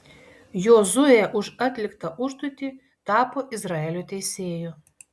jozuė už atliktą užduotį tapo izraelio teisėju